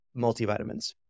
multivitamins